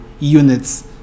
units